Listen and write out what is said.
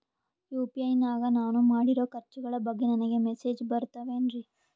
UPI ನಾಗ ನಾನು ಮಾಡಿರೋ ಖರ್ಚುಗಳ ಬಗ್ಗೆ ನನಗೆ ಮೆಸೇಜ್ ಬರುತ್ತಾವೇನ್ರಿ?